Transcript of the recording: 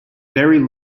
very